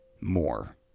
more